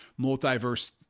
Multiverse